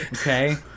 okay